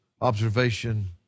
observation